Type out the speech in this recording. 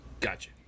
Gotcha